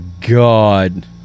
God